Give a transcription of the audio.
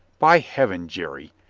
by heaven, jerry,